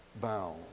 bound